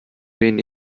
wen